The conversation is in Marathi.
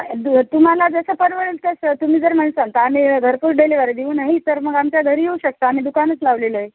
दु तुम्हाला जसं परवडेल तसं तुम्ही जर म्हणसान तर आम्ही घरपोच डेलिवरी देऊ नाही तर मग आमच्या घरी येऊ शकता आम्ही दुकानच लावलेलं आहे